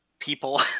People